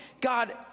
God